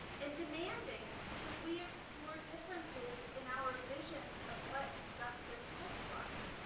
and demanding that we explore differences in our visions of what justice looks like.